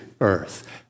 earth